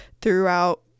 throughout